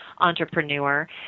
entrepreneur